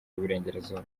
y’uburengerazuba